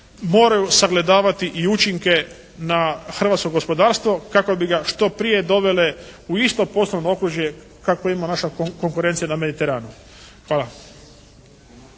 moraju sagledavati i učinke na hrvatsko gospodarstvo kako bi ga što prije dovele u isto poslovno okružje kakvo ima naša konkurencija na Mediteranu. Hvala.